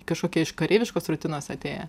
kažkokie iš kareiviškos rutinos atėję